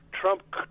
Trump